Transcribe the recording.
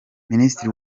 minisitiri